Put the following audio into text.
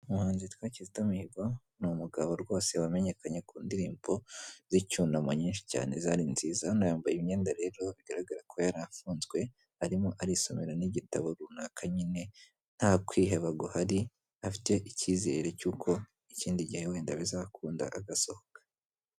Umuhanzi witwa Kizito Mihigo ni umugabo rwose wamenyekanye ku ndirimbo z'icyunamo nyinshi cyane zari nziza. Hano yambaye imyenda rero, bigaragara ko yari afunzwe, arimo arisomera n'igitabo runaka nyine nta kwiheba, afite icyizere cy'uko ikindi gihe wenda bizakunda agasohoka.